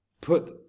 put